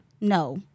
No